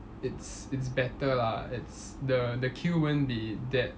it's it's better lah it's the the queue won't be that